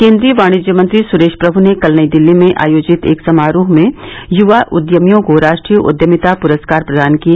केन्द्रीय वाणिज्य मंत्री सुरेश प्रभु ने कल नई दिल्ली में आयोजित एक समारोह में युवा उद्यमियों को राष्ट्रीय उद्यमिता पुरस्कार प्रदान किए